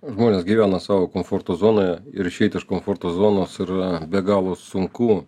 žmonės gyvena savo komforto zonoje ir išeit iš komforto zonos yra be galo sunku